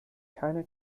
keine